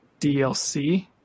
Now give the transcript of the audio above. DLC